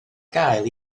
gael